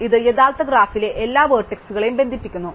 ഇത് യഥാർത്ഥ ഗ്രാഫിലെ എല്ലാ വെർട്ടീസുകളെയും ബന്ധിപ്പിക്കുന്നു